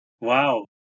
Wow